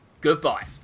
goodbye